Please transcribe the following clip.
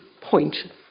point